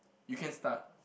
you can start